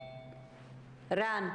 בבקשה, רן.